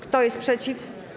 Kto jest przeciw?